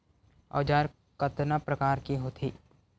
औजार कतना प्रकार के होथे?